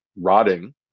rotting